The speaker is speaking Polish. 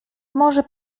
może